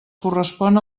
correspon